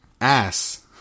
ass